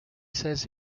says